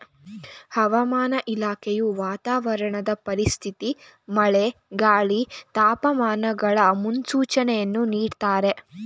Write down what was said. ಹವಾಮಾನ ಇಲಾಖೆಯು ವಾತಾವರಣದ ಪರಿಸ್ಥಿತಿ ಮಳೆ, ಗಾಳಿ, ತಾಪಮಾನಗಳ ಮುನ್ಸೂಚನೆಯನ್ನು ನೀಡ್ದತರೆ